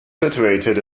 situated